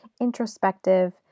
introspective